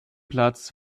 platz